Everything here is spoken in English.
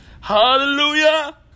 Hallelujah